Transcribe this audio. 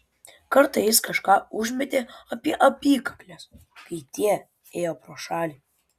kartą jis kažką užmetė apie apykakles kai tie ėjo pro šalį